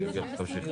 תמשיך.